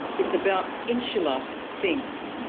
it's about insular things.